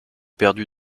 perdu